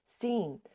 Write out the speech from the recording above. seen